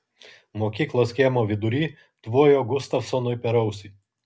mokyklos kiemo vidury tvojo gustavsonui per ausį